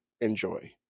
Enjoy